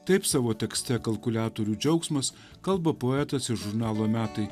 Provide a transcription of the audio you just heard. taip savo tekste kalkuliatorių džiaugsmas kalba poetas ir žurnalo metai